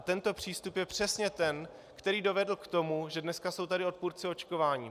Tento přístup je přesně ten, který dovedl k tomu, že dneska jsou tady odpůrci očkování.